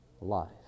life